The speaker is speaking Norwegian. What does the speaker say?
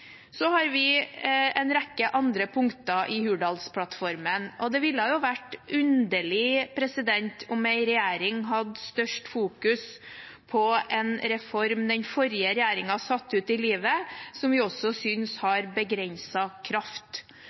Så har vi en rekke andre punkter i Hurdalsplattformen, og det ville vært underlig om en regjering hadde størst fokus på en reform den forrige regjeringen satte ut i livet, og som vi også synes har begrenset kraft.